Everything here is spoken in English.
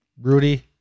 Rudy